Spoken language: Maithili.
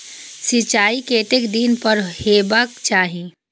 सिंचाई कतेक दिन पर हेबाक चाही?